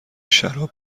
شراب